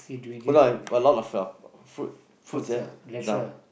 hold on got a lot of uh fruit fruits here down